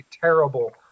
terrible